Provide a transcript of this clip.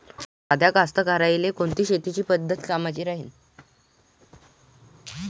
साध्या कास्तकाराइले कोनची शेतीची पद्धत कामाची राहीन?